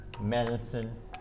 medicine